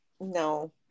No